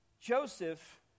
Joseph